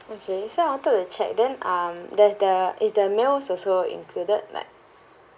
okay so I wanted to check then um there's the is the meals also included like